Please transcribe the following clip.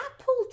apple